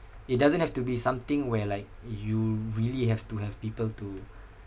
it doesn't have to be something where like you really have to have people to